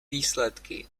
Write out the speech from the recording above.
výsledky